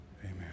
amen